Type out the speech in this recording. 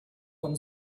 vom